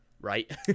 right